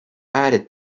added